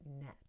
net